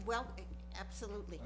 well absolutely